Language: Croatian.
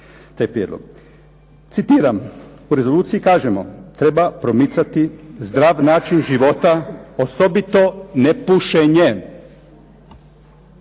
Citiram u rezoluciji kažemo: "Treba promicati zdrav način života, osobito nepušenjem."